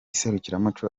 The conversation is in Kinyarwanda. serukiramuco